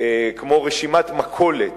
כמו רשימת מכולת,